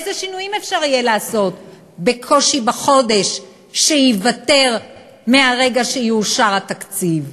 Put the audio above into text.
איזה שינויים אפשר יהיה לעשות בחודש בקושי שייוותר מהרגע שיאושר התקציב?